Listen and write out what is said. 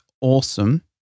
awesome